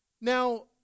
Now